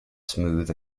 smooth